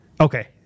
okay